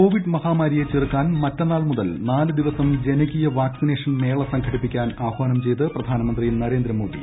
Covid മഹാമാരിയെ ചെറുക്കാൻ മറ്റന്നാൾ മുതൽ നാല് ദിവസം ജനകീയ വാക്സിനേഷൻ മേള സംഘടിപ്പിക്കാൻ ആഹ്വാനം ചെയ്ത് പ്രധാനമന്ത്രി നരേന്ദ്ര മോദി